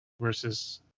versus